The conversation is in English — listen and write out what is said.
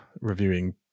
reviewing